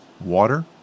water